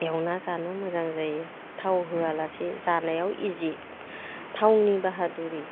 एवना जानो मोजां जायो थाव होआ लासे जानायाव इजि थावनि बाहादुरि